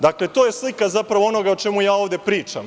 Dakle, to je zapravo slika o čemu ja ovde pričam.